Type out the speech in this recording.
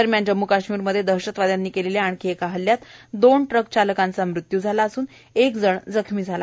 दरम्यान जम्म् काश्मीरमधे दहशतवादयांनी केलेल्या हल्ल्यात दोन ट्रक चालकांचा मृत्यू झाला असुन एक जण जखमी झाला